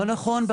לא נכון.